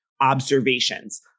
observations